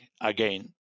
again